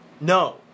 No